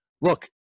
Look